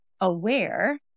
aware